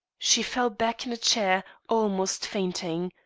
she fell back in a chair, almost fainting.